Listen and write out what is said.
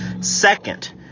Second